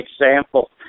example